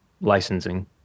licensing